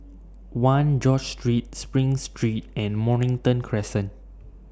one George Street SPRING Street and Mornington Crescent